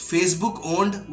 Facebook-owned